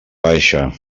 baixa